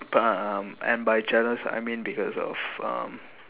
but um and by jealous I mean because of um